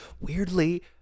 Weirdly